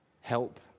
help